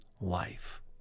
life